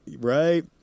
right